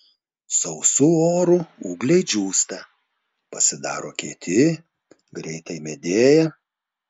sausu oru ūgliai džiūsta pasidaro kieti greitai medėja